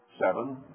seven